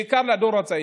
בעיקר לדור הצעיר.